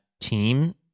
team